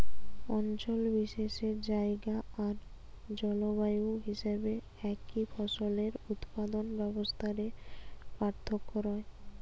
অঞ্চল বিশেষে জায়গা আর জলবায়ু হিসাবে একই ফসলের উৎপাদন ব্যবস্থা রে পার্থক্য রয়